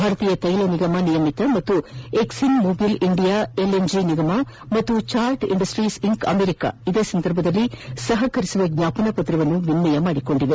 ಭಾರತೀಯ ತ್ಯೆಲ ನಿಗಮ ನಿಯಮಿತ ಹಾಗೂ ಎಕ್ಷೀನ್ ಮೊಬಿಲ್ ಇಂಡಿಯಾ ಎಲ್ಎನ್ಜಿ ನಿಗಮ ಹಾಗೂ ಚಾರ್ಟ್ ಇಂಡಸಿಸ್ ಇಂಕ್ ಅಮೆರಿಕಾ ಇದೇ ಸಂದರ್ಭದಲ್ಲಿ ಸಹಕರಿಸುವ ಜ್ವಾಪನಾ ಪತ್ರವನ್ನು ವಿನಿಮಯ ಮಾಡಿಕೊಂಡವು